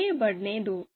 आगे बढ़ने दो